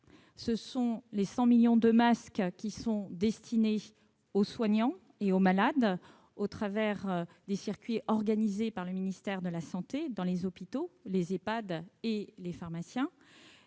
Ah ! Aux 100 millions de masques distribués aux soignants et aux malades au travers des circuits organisés par le ministère de la santé, dans les hôpitaux, les Ehpad et les pharmacies,